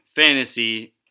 fantasy